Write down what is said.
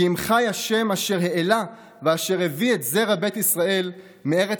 כי אם חי ה' אשר העלה ואשר הביא את זרע בית ישראל מארץ